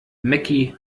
meckie